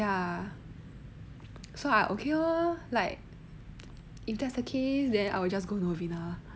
ya so I okay lor like if that's the case then I will just go novena